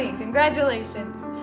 ah congratulations.